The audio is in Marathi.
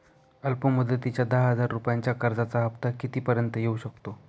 अल्प मुदतीच्या दहा हजार रुपयांच्या कर्जाचा हफ्ता किती पर्यंत येवू शकतो?